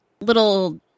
little